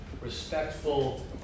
respectful